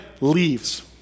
leaves